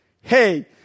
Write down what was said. Hey